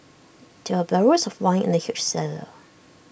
there were barrels of wine in the huge cellar